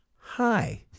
Hi